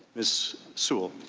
miss sewell.